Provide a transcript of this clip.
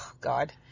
God